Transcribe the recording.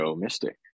Mystic